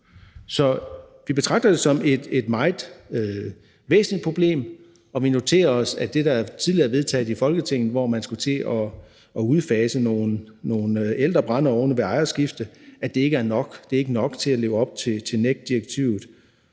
Så vi betragter det som et meget væsentligt problem, og vi noterer os, at det, der tidligere er vedtaget i Folketinget, hvor man skal udfase nogle ældre brændeovne ved ejerskifte, ikke er nok. Det er ikke nok til at leve op til NEC-direktivet.